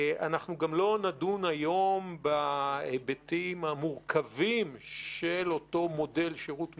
לא נדון היום בהיבטים המורכבים של אותו מודל שירות מילואים.